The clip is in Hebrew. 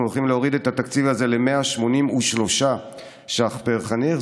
אנחנו הולכים להוריד את התקציב הזה ל-183 שקלים פר חניך,